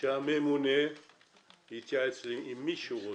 שהממונה יתייעץ עם מי שהוא רוצה,